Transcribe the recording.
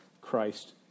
Christ